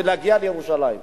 ולהגיע לירושלים.